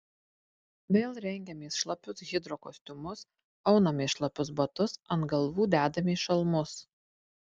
vėl rengiamės šlapius hidrokostiumus aunamės šlapius batus ant galvų dedamės šalmus